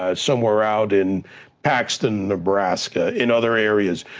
ah somewhere out in paxton, nebraska, in other areas,